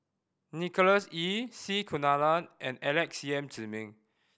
Nicholas Ee C Kunalan and Alex Yam Ziming